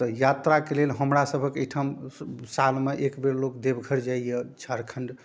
तऽ यात्राके लेल हमरासबके एहिठाम सालमे एकबेर लोक देवघर जाइए झारखण्ड